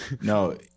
no